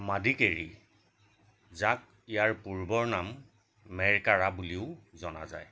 মাডিক এৰি জ্যাক ইয়াৰ পূৰ্বৰ নাম মেৰকাৰা বুলিও জনা যায়